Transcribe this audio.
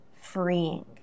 freeing